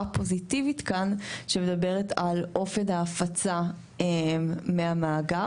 פוזיטיבית כאן שמדברת על אופן ההפצה מהמאגר.